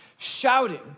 Shouting